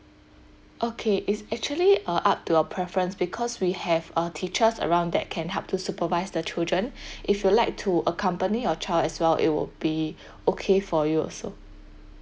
okay it's actually uh up to your preference because we have uh teachers around that can help to supervise the children if you like to accompany your child as well it would be okay for you also